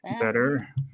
better